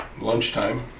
lunchtime